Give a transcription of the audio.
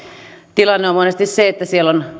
tilanne on monesti se että siellä on